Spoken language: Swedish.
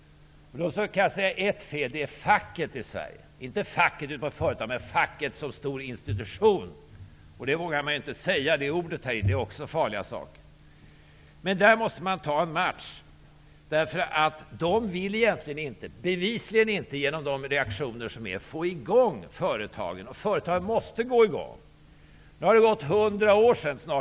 Ett fel i Sverige är facket. Jag menar inte fackföreningarna ute på företagen utan facket som stor institution. Detta vågar man inte säga här inne. Det är farliga saker. Man måste ta en match, därför att facket vill bevisligen inte få i gång företagen. Det visar de reaktioner som har varit. Företagen måste komma i gång. Det har snart gått hundra år sedan Ådalen.